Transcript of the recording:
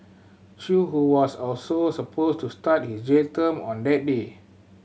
chew who was also supposed to start his jail term on that day